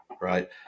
right